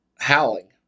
howling